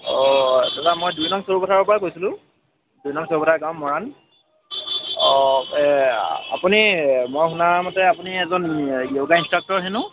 অঁ দাদা মই দুই নং চৰুপথাৰৰ পৰাই কৈছিলোঁ দুই নং চৰুপথাৰ গাঁও মৰাণ অঁ এই আপুনি মই শুনামতে আপুনি এজন য়োগা ইনষ্ট্ৰাক্টৰ হেনো